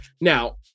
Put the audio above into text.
Now